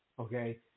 Okay